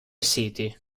city